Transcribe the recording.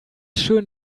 schön